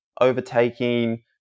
Overtaking